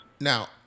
Now